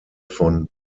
von